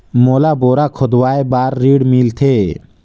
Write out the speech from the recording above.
मोला बोरा खोदवाय बार ऋण मिलथे?